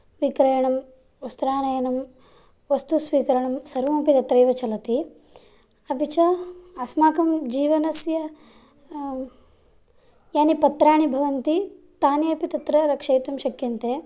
विक्रयणं वस्त्रानयनं वस्तुस्वीकरणं सर्वमपि तत्रैव चलति अपि च अस्माकं जीवनस्य यानि पत्राणि भवन्ति तानि अपि तत्र रक्षयितुं शक्यन्ते